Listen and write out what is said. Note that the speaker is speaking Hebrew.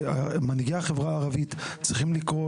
ומנהיגי החברה הערבית צריכים לקרוא